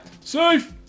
Safe